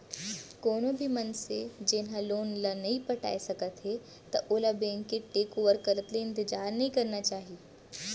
कोनो भी मनसे जेन ह लोन ल नइ पटाए सकत हे त ओला बेंक के टेक ओवर करत ले इंतजार नइ करना चाही